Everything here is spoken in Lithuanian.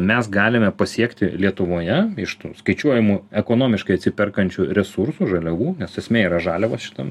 mes galime pasiekti lietuvoje iš tų skaičiuojamų ekonomiškai atsiperkančių resursų žaliavų nes esmė yra žaliavos šitam